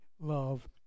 love